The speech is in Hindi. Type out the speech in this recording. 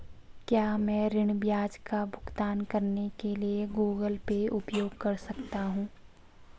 क्या मैं ऋण ब्याज का भुगतान करने के लिए गूगल पे उपयोग कर सकता हूं?